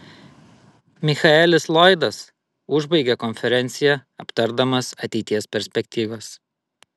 michaelis lloydas užbaigė konferenciją aptardamas ateities perspektyvas